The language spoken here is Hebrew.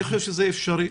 זה אפשרי,